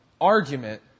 argument